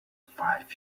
five